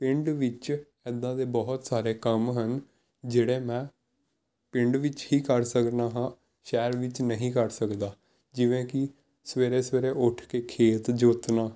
ਪਿੰਡ ਵਿੱਚ ਇੱਦਾਂ ਦੇ ਬਹੁਤ ਸਾਰੇ ਕੰਮ ਹਨ ਜਿਹੜੇ ਮੈਂ ਪਿੰਡ ਵਿੱਚ ਹੀ ਕਰ ਸਕਦਾ ਹਾਂ ਸ਼ਹਿਰ ਵਿੱਚ ਨਹੀਂ ਕਰ ਸਕਦਾ ਜਿਵੇਂ ਕਿ ਸਵੇਰੇ ਸਵੇਰੇ ਉੱਠ ਕੇ ਖੇਤ ਜੋਤਨਾ